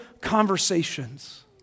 conversations